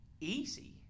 easy